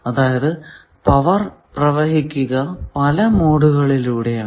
അതായതു പവർ പ്രവഹിക്കുക പല മോഡുകളിലൂടെ ആണ്